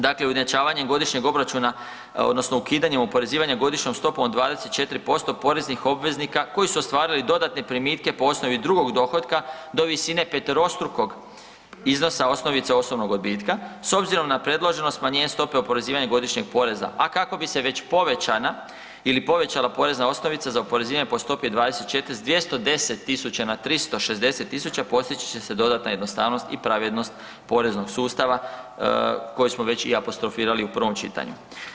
Dakle ujednačavanjem godišnjeg obračuna, odnosno ukidanjem oporezivanja godišnjom stopom od 24% poreznih obveznika koji su ostvarili dodatne primitke po osnovi drugog dohotka do visine peterostrukog iznosa osnovice osobnog odbitka, s obzirom na predloženo smanjenje stope oporezivanja godišnjeg poreza, a kako bi se već povećana ili povećala porezna osnovica za oporezivanje po stopi od 24 s 210 tisuća na 360 tisuća, postići će se dodatna jednostavnost i pravednost poreznog sustava koji smo već i apostrofirali u prvom čitanju.